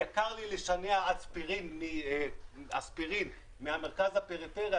יקר לי לשנע אספירין מהמרכז לפריפריה,